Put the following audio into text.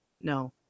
No